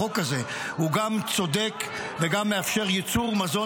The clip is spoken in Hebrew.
החוק הזה הוא גם צודק וגם מאפשר ייצור מזון,